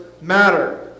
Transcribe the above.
matter